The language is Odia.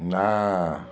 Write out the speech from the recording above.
ନା